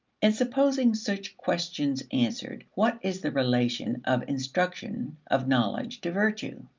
and supposing such questions answered, what is the relation of instruction, of knowledge, to virtue?